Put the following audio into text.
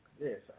Yes